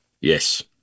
Yes